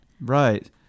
Right